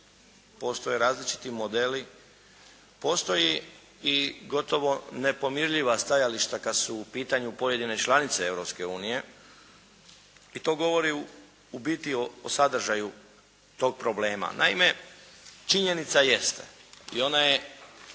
postoje različiti modeli. Postoji i gotovo nepomirljiva stajališta kad su u pitanju pojedine članice Europske unije i to govori u biti o sadržaju tog problema. Naime, činjenica jeste i ona je